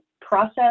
process